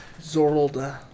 Zorlda